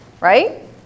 right